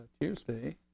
Tuesday